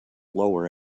lower